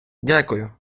дякую